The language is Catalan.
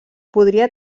podria